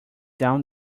down